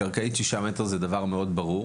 קרקעית של שישה מטר זה דבר מאוד ברור.